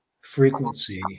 frequency